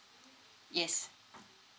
yes